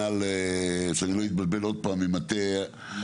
מינהל, שאני לא אתבלבל עוד פעם עם מטה התכנון.